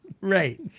right